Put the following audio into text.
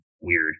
weird